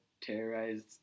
terrorized